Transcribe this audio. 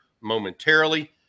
momentarily